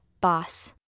boss